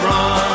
Run